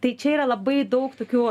tai čia yra labai daug tokių